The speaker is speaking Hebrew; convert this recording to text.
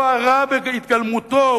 והוא הרע בהתגלמותו,